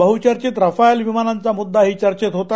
बहुचर्चित रफाएल विमानांचा मुद्दाही चर्चेत होता